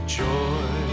joy